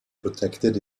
protected